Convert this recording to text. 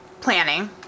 planning